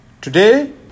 Today